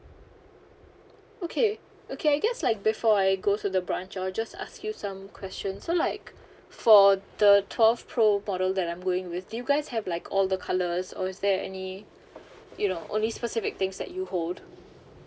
okay okay I guess like before I go to the branch I will just ask you some question so like for the twelve pro model that I'm going with you guys have like all the colours or is there any you know only specific things that you hold